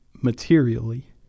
materially